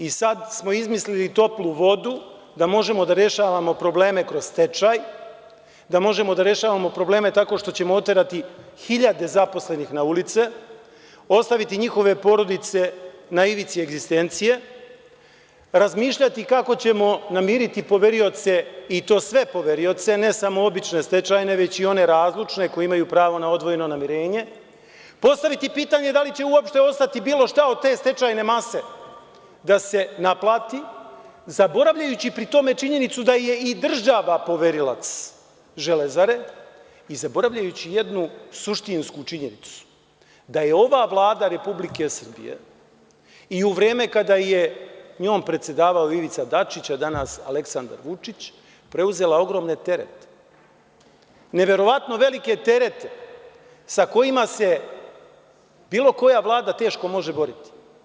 I sad smo izmislili toplu vodu da možemo da rešavamo probleme kroz stečaj, da možemo da rešavamo probleme tako što ćemo oterati hiljade zaposlenih na ulice, ostaviti njihove porodice na ivici egzistencije, razmišljati kako ćemo namiriti poverioce i to sve poverioce, ne samo obične stečajne, već i one razlučne, koji imaju prava na odvojeno namirenje, postaviti pitanje da li će uopšte ostati bilo šta od te stečajne mase da se naplati, zaboravljajući pri tome činjenicu da je i država poverilac „Železare“ i zaboravljajući jednu suštinsku činjenicu, da je ova Vlada RS i u vreme kada je njom predsedavao Ivica Dačić, a danas Aleksandar Vučić, preuzela ogromne terete, neverovatno velike terete sa kojima se bilo koja vlada teško može boriti.